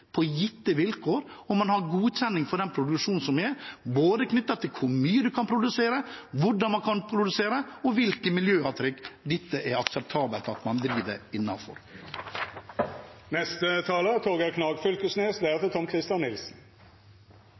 på gitte vilkår, og man har godkjenning for den produksjonen som er, både knyttet til hvor mye man kan produsere, hvordan man kan produsere, og hvilke miljøavtrykk det er akseptabelt at man driver